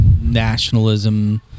nationalism